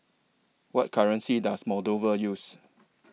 What currency Does Moldova use